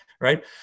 Right